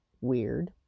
weird